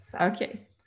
Okay